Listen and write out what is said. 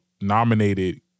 nominated